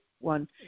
one